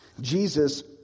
Jesus